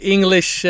English